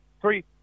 Three